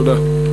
תודה.